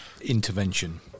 intervention